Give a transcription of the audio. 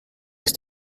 ist